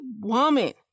woman